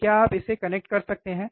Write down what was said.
तो क्या आप इसे कनेक्ट कर सकते हैं